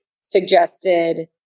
suggested